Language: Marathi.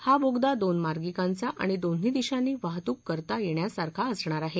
हा बोगदा दोन मार्गिकांचा आणि दोन्ही दिशांनी वाहतूक करता येण्यासारखा असणार आहे